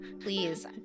Please